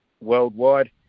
worldwide